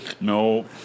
No